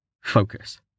Focus